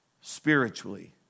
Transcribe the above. spiritually